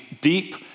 deep